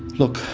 look,